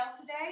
today